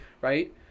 right